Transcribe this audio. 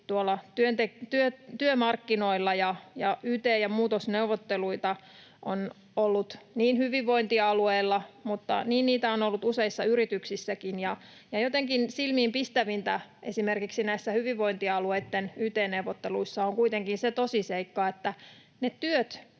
työmarkkinoilla. Yt- ja muutosneuvotteluita on ollut hyvinvointialueilla, mutta niin niitä on ollut useissa yrityksissäkin. Jotenkin silmiinpistävintä esimerkiksi näissä hyvinvointialueitten yt-neuvotteluissa on kuitenkin se tosiseikka, että ne työt